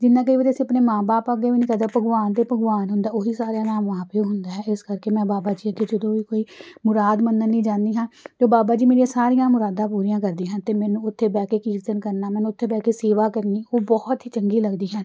ਜਿੰਨਾ ਕਈ ਵਾਰੀ ਅਸੀਂ ਆਪਣੇ ਮਾਂ ਬਾਪ ਅਗੇ ਵੀ ਨਹੀਂ ਕਦੇ ਭਗਵਾਨ ਦੇ ਭਗਵਾਨ ਹੁੰਦਾ ਉਹੀ ਸਾਰਿਆਂ ਨਾਲ ਮਾਂ ਪਿਓ ਹੁੰਦਾ ਹੈ ਇਸ ਕਰਕੇ ਮੈਂ ਬਾਬਾ ਜੀ ਅੱਗੇ ਜਦੋਂ ਵੀ ਕੋਈ ਮੁਰਾਦ ਮੰਗਣ ਲਈ ਜਾਂਦੀ ਹਾਂ ਜੋ ਬਾਬਾ ਜੀ ਮੇਰੀਆਂ ਸਾਰੀਆਂ ਮੁਰਾਦਾਂ ਪੂਰੀਆਂ ਕਰਦੇ ਹਨ ਅਤੇ ਮੈਨੂੰ ਉੱਥੇ ਬਹਿ ਕੇ ਕੀਰਤਨ ਕਰਨਾ ਮੈਨੂੰ ਉੱਥੇ ਬਹਿ ਕੇ ਸੇਵਾ ਕਰਨੀ ਉਹ ਬਹੁਤ ਹੀ ਚੰਗੀ ਲੱਗਦੀ ਹੈ